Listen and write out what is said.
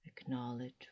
acknowledge